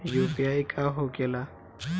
UPI का होके ला?